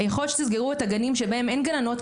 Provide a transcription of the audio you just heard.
אז יכול להיות שנצטרך לסגור גנים שבהם אין גננות,